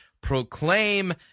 proclaim